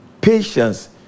patience